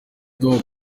dogg